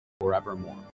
forevermore